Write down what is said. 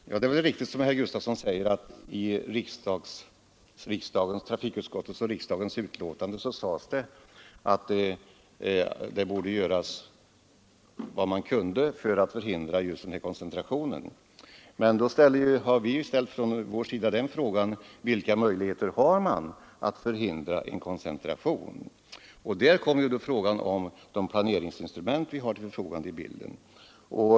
Herr talman! Det är riktigt som herr Sven Gustafson i Göteborg säger att det i trafikutskottets betänkande sagts att man borde göra vad man kunde för att förhindra koncentrationen. Men då har vi ställt frågan: Vilka möjligheter har vi att förhindra en koncentration? Där kommer frågan om de planeringsinstrument vi har till förfogande in i bilden.